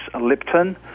Lipton